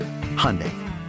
Hyundai